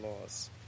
laws